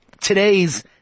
today's